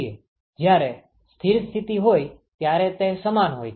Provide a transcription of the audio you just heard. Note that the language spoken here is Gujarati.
જયારે સ્થિર સ્થિતિ હોઈ ત્યારે તે સમાન હોય છે